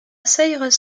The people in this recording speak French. cyrus